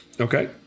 Okay